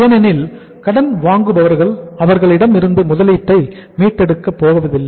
ஏனெனில் கடன் வாங்குபவர்கள் அவர்களிடம் இருந்து முதலீட்டை மீட்டெடுக்க போகவில்லை